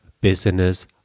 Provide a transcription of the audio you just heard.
business